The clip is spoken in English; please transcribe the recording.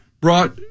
brought